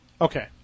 Okay